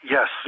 Yes